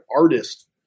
artist